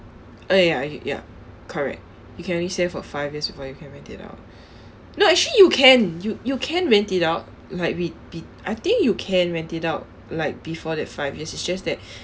uh ya ya correct you can only stay for five years before you can rent it out no actually you can you you can rent it out like be~ be~ I think you can rent it out like before that five years it's just that